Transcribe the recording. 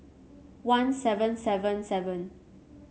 one seven seven seven